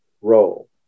role